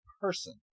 person